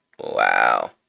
Wow